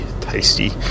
tasty